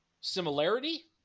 Similarity